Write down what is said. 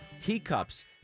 Teacups